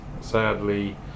sadly